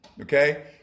Okay